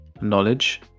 knowledge